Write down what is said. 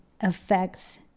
affects